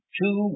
two